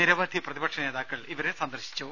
നിരവധി പ്രതിപക്ഷ നേതാക്കൾ ഇവരെ സന്ദർശിച്ചു